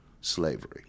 slavery